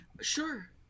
Sure